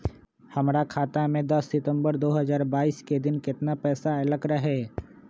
हमरा खाता में दस सितंबर दो हजार बाईस के दिन केतना पैसा अयलक रहे?